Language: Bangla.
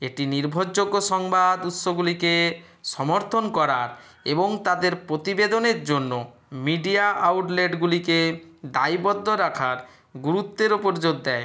এটি নির্ভরযোগ্য সংবাদ উৎসগুলিকে সমর্থন করার এবং তাদের প্রতিবেদনের জন্য মিডিয়া আউটলেটগুলিকে দায়বদ্ধ রাখার গুরুত্বের ওপর জোর দেয়